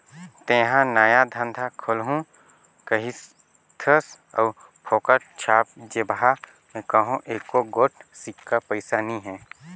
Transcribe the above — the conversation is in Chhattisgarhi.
तेंहा नया धंधा खोलहू कहिथस अउ फोकट छाप जेबहा में कहों एको गोट सिक्का पइसा नी हे